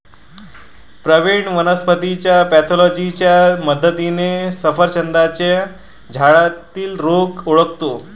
प्रवीण वनस्पतीच्या पॅथॉलॉजीच्या मदतीने सफरचंदाच्या झाडातील रोग ओळखतो